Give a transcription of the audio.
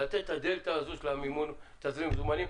לתת את הדלתא הזו של המימון לתזרים המזומנים.